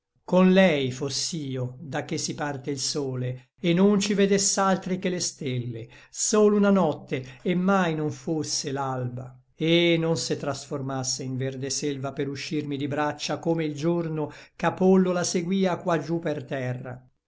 con lei foss'io da che si parte il sole et non ci vedess'altri che le stelle sol una nocte et mai non fosse l'alba et non se transformasse in verde selva per uscirmi di braccia come il giorno ch'apollo la seguia qua giú per terra